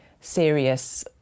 serious